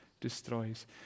destroys